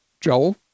Joel